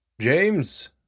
James